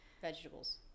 vegetables